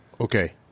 Okay